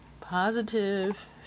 positive